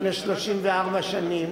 לפני 34 שנים,